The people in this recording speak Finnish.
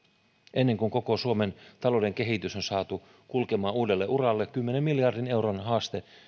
ennen kuin koko suomen talouden kehitys on saatu kulkemaan uudelle uralle kymmenen miljardin euron haaste